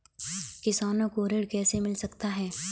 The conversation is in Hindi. किसानों को ऋण कैसे मिल सकता है?